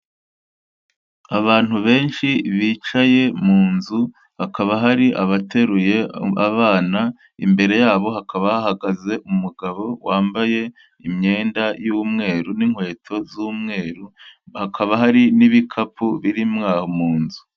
Abantu benshi bicaye mu nzu, hakaba hari abateruye abana. Imbere yabo hakaba hahagaze umugabo wambaye imyenda y'umweru n'inkweto z'umweru. Hakaba hari n'ibikapu birimo aho mu nzu.